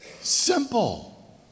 Simple